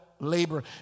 labor